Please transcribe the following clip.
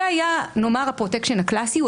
זה היה נאמר הפרוטקשן הקלאסי.